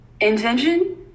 intention